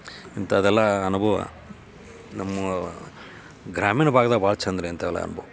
ಇಂಥದೆಲ್ಲ ಅನುಭವ ನಮ್ಮ ಗ್ರಾಮೀಣ ಭಾಗ್ದಾಗ ಭಾಳ ಚಂದ ರೀ ಇಂಥವೆಲ್ಲ ಹಬ್ಬ